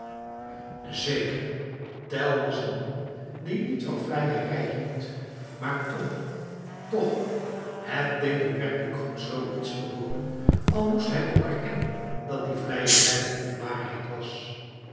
zeker tell was een man die niet van vleierij hield maar toch toch het deed hem werkelijk goed zoo iets te hooren al moest hij ook erkennen dat die vleierij onwaarheid was